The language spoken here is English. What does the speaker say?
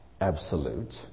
absolute